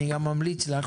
אני גם ממליץ לך,